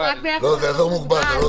זה אזור מוגבל.